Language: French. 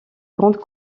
grandes